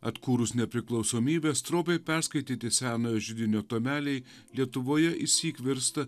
atkūrus nepriklausomybę stropiai perskaityti senojo židinio tomeliai lietuvoje išsyk virsta